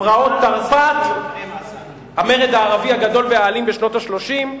פרעות תרפ"ט, המרד הערבי הגדול והאלים בשנות ה-30.